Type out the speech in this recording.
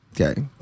okay